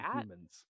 humans